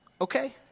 Okay